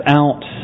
out